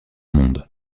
monde